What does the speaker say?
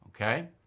okay